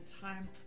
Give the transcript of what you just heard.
time